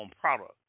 product